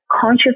conscious